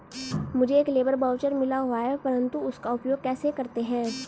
मुझे एक labour voucher मिला हुआ है परंतु उसका उपयोग कैसे करते हैं?